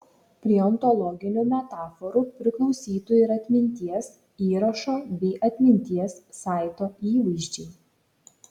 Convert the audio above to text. prie ontologinių metaforų priklausytų ir atminties įrašo bei atminties saito įvaizdžiai